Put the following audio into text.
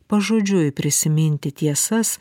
pažodžiui prisiminti tiesas